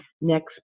next